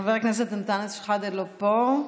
חבר הכנסת אנטאנס שחאדה, לא פה,